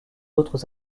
autres